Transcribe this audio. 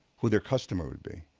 who their customer would be,